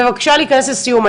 בבקשה להתכנס לסיום,